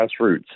Grassroots